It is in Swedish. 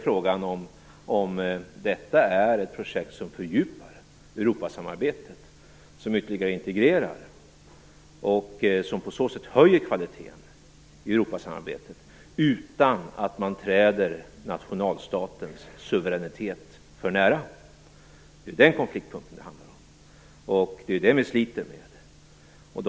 Frågan är om detta är ett projekt som fördjupar Europasamarbetet, som ytterligare integrerar och som på så sätt höjer kvaliteten i Europasamarbetet utan att man träder nationalstatens suveränitet för nära. Det är ju den konflikten det handlar om. Det är det vi sliter med.